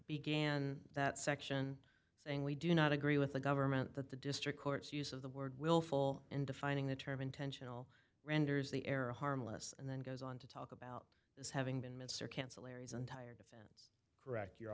began that section saying we do not agree with the government that the district courts use of the word willful in defining the term intentional renders the error harmless and then goes on to talk about this having been mincer cancel areas entire defense correct your